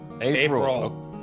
April